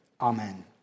Amen